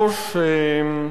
תודה רבה לך,